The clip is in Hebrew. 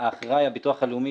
שהאחראי על הביטוח הלאומי,